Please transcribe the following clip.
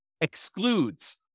excludes